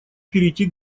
перейти